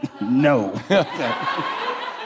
no